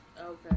okay